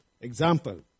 Example